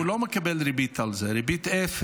הוא לא מקבל ריבית על זה,